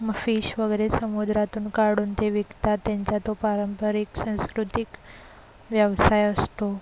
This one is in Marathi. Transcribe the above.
मग फिश वगैरे समुद्रातून काढून ते विकतात त्यांचा तो पारंपरिक सांस्कृतिक व्यवसाय असतो